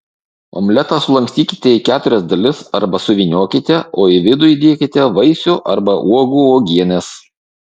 omletą sulankstykite į keturias dalis arba suvyniokite o į vidų įdėkite vaisių arba uogų uogienės